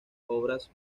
obras